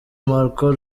marco